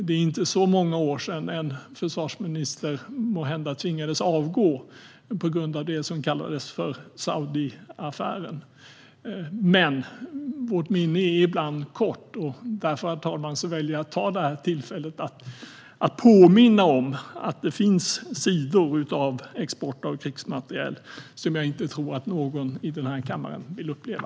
Det är inte så många år sedan en försvarsminister måhända tvingades avgå på grund av det som kallades för Saudiaffären. Men vårt minne är ibland kort, och därför, herr talman, väljer jag att ta det här tillfället att påminna om att det finns sidor av export av krigsmateriel som jag inte tror att någon i den här kammaren vill uppleva.